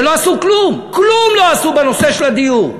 שלא עשו כלום, כלום לא עשו בנושא של הדיור.